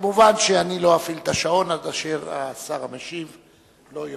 מובן שאני לא אפעיל את השעון עד אשר השר המשיב יופיע.